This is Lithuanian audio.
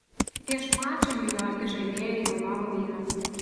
prieš mačą niujorke žaidėja reikalavo vyno